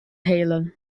halen